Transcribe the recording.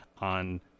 on